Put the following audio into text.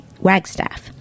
Wagstaff